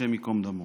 השם ייקום דמו.